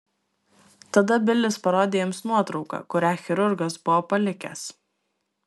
tada bilis parodė jiems nuotrauką kurią chirurgas buvo palikęs